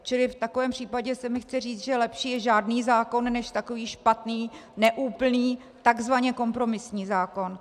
Čili v takovém případě se mi chce říct, že lepší je žádný zákon než takový špatný, neúplný, takzvaně kompromisní zákon.